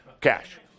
Cash